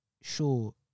sure